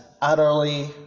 utterly